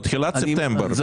בתחילת ספטמבר.